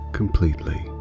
completely